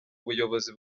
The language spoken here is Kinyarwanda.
ubuyobozi